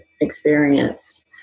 experience